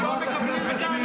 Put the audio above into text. ארבע דקות מתוך זה